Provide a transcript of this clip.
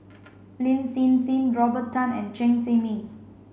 Lin Hsin Hsin Robert Tan and Chen Zhiming